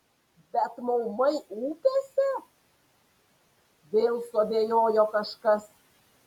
bet maumai upėse vėl suabejojo kažkas